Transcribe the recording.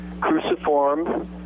cruciform